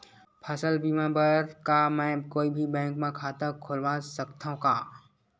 फसल बीमा बर का मैं कोई भी बैंक म खाता खोलवा सकथन का?